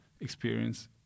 experience